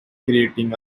creating